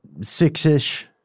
six-ish